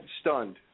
stunned